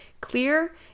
clear